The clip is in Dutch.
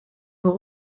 voor